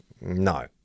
no